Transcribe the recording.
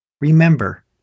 Remember